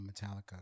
Metallica